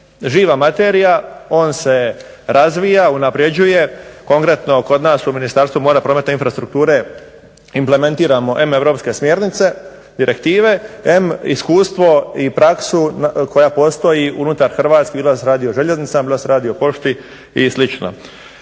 živa materija, on se razvija, unapređuje, konkretno kod nas u Ministarstvu mora, prometa i infrastrukture implementiramo em europske smjernice, direktive, em iskustvo i praksu koja postoji unutar Hrvatske, bilo da se radi o željeznicama, bilo da se radi o pošti i sl.